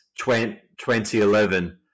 2011